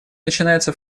начинается